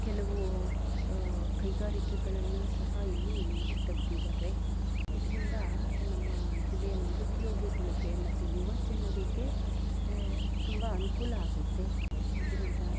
ಕೆಲವು ಕೈಗಾರಿಕೆಗಳನ್ನು ಸಹ ಇಲ್ಲಿ ತೆಗ್ದಿದ್ದಾರೆ ಇದರಿಂದ ನಮ್ಮ ಜಿಲ್ಲೆಯ ನಿರುದ್ಯೋಗಿಗಳಿಗೆ ಮತ್ತು ಯುವಜನರಿಗೆ ತುಂಬ ಅನುಕೂಲ ಆಗೈತೆ ಇದರಿಂದ